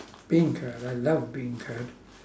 beancurd I love beancurd